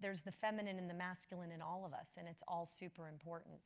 there's the feminine and the masculine in all of us and it's all super important.